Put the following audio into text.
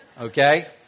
Okay